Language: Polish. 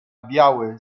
biały